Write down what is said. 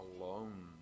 alone